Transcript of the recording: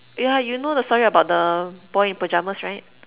yeah you know the story about the boy in pyjamas right